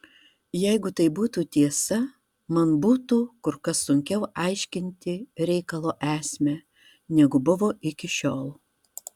jeigu tai būtų tiesa man būtų kur kas sunkiau aiškinti reikalo esmę negu buvo iki šiol